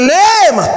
name